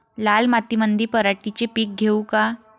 लाल मातीमंदी पराटीचे पीक घेऊ का?